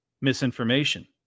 misinformation